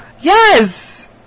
Yes